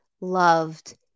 loved